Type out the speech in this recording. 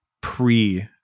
pre